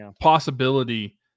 possibility